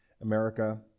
America